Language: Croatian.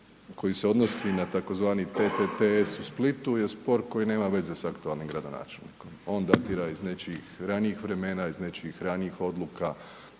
koji se odnosi na tzv. TTS u Splitu je sport koji nema veze sa aktualnim gradonačelnikom, on datira iz nečim ranijih vremena iz nečijih ranijih odluka,